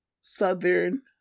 Southern